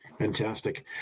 Fantastic